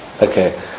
Okay